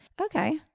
okay